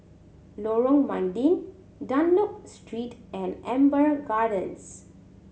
Lorong Mydin Dunlop Street and Amber Gardens